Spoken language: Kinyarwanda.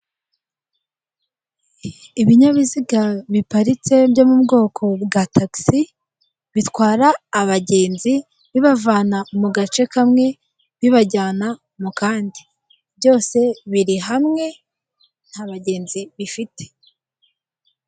Ibinyabiziga biparitse byo mu bwoko bwa tagisi bitwara abagenzi bibavana mu gace kamwe bibajyana mu kandi, byose biri hamwe nta bagenzi bifite.